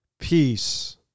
peace